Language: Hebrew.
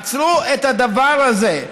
עצרו את הדבר הזה.